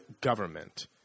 government